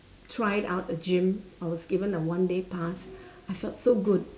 tried out a gym I was given a one day pass I felt so good